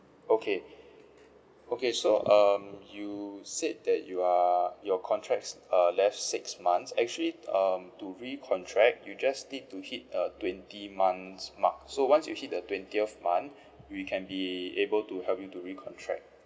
okay okay so um you said that you are your contracts uh left six months actually um to recontract you just need to hit a twenty month's mark so once you hit the twentieth month we can be able to help you to recontract